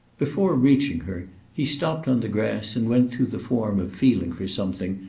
before reaching her he stopped on the grass and went through the form of feeling for something,